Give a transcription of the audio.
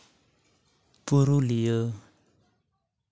Purulia